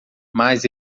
mais